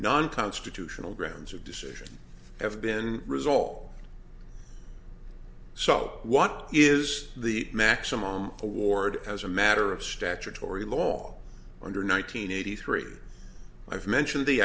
non constitutional grams of decision have been resolved so what is the maximum award as a matter of statutory law under nine hundred eighty three i've mentioned the